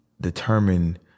determine